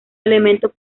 elemento